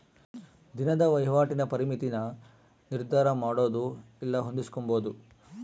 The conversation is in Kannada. ದಿನದ ವಹಿವಾಟಿನ ಪರಿಮಿತಿನ ನಿರ್ಧರಮಾಡೊದು ಇಲ್ಲ ಹೊಂದಿಸ್ಕೊಂಬದು